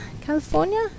California